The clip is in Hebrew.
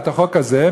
על החוק הזה,